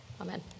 Amen